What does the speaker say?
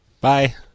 Bye